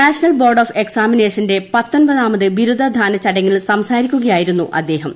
national board of എക്സാമിനേഷന്റെ പത്തൊൻപതാമത് ബിരുധദാനചടങ്ങിൽ സംസാരിക്കുകയായിരുന്നു അദ്ദേഹം